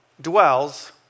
dwells